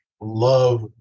love